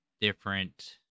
different